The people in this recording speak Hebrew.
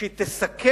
שהיא תסכל